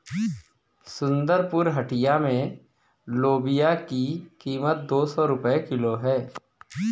सुंदरपुर हटिया में लोबिया की कीमत दो सौ रुपए किलो है